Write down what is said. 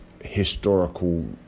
historical